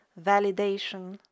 validation